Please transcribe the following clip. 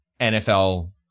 NFL